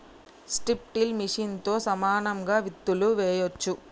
strip till మెషిన్తో సమానంగా విత్తులు వేయొచ్చు